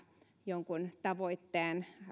jonkun tavoitteen